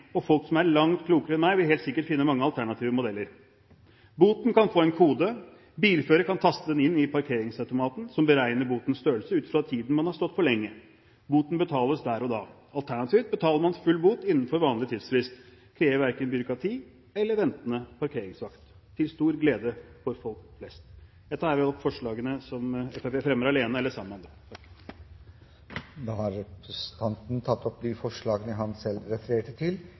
og folk som er langt klokere enn meg vil helt sikkert finne mange alternative modeller. Boten kan få en kode, og bilfører kan taste den inn i parkeringsautomaten, som beregner botens størrelse ut fra tiden man har stått for lenge. Boten betales der og da. Alternativt betaler man full bot innenfor vanlig tidsfrist. Det krever verken byråkrati eller ventende parkeringsvakt – til stor glede for folk flest. Jeg tar herved opp forslagene Fremskrittspartiet fremmer alene og sammen med Høyre. Representanten Christian Tybring-Gjedde har tatt opp de forslagene han refererte til.